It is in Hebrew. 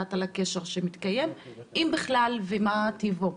לדעת על הקשר שמתקיים, אם בכלל, ומה טיבו.